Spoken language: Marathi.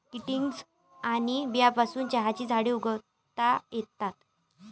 कटिंग्ज आणि बियांपासून चहाची झाडे उगवता येतात